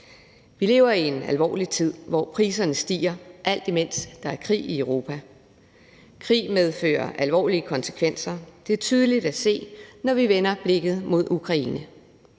Vi lever i en alvorlig tid, hvor priserne stiger, alt imens der er krig i Europa. Krig medfører alvorlige konsekvenser. Det er tydeligt at se, når vi vender blikket mod Ukraine,